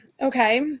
okay